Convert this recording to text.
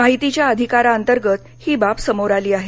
माहितीच्या अधिकारांतर्गत ही बाब समोर आली आहे